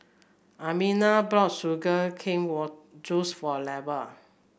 Almina brought Sugar Cane Juice for Lavar